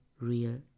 real